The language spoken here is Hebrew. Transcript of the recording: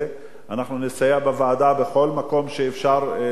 אנחנו נסייע בוועדה בכל מקום שאפשר לעזור,